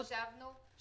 במקום שימשכו את הקרנות,